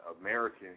American